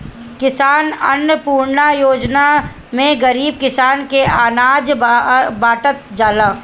किसान अन्नपूर्णा योजना में गरीब किसान के अनाज बाटल जाता